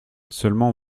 seulement